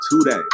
today